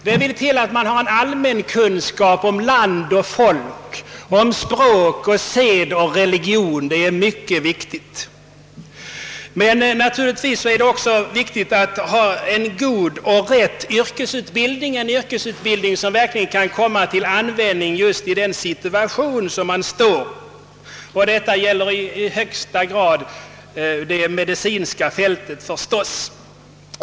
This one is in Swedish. Det är mycket viktigt med allmänkunskap om vederbörande land och folk, språk, sed och religion. Men naturligtvis är det också viktigt att ha en god och rätt yrkesutbildning, som verkligen kan komma till användning i den situation man kommer i. Detta gäller givetvis i högsta grad det medicinska fältet.